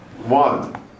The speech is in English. One